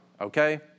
okay